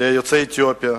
ליוצאי אתיופיה,